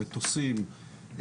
מטוסים,